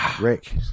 Rick